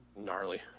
gnarly